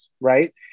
right